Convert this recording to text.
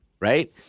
right